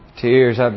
Tears